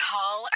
Call